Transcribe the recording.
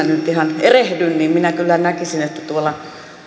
nyt ihan erehdy niin minä kyllä näkisin että tuolla